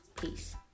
Peace